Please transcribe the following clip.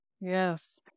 Yes